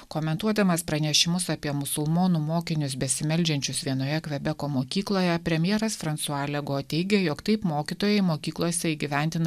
komentuodamas pranešimus apie musulmonų mokinius besimeldžiančius vienoje kvebeko mokykloje premjeras fransua lego teigia jog taip mokytojai mokyklose įgyvendina